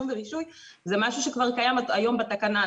ורישוי זה משהו שכבר קיים היום בתקנה.